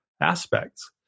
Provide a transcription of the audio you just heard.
aspects